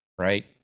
right